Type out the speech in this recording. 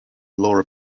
laura